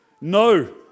No